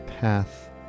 path